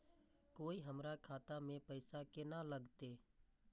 कोय हमरा खाता में पैसा केना लगते?